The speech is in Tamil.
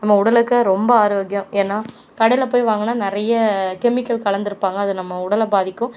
நம்ம உடலுக்கு ரொம்ப ஆரோக்கியம் ஏன்னால் கடையில் போய் வாங்குனால் நிறைய கெமிக்கல் கலந்திருப்பாங்க அது நம்ம உடலை பாதிக்கும்